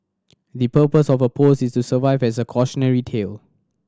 the purpose of her post is to serve as a cautionary tale